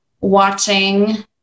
watching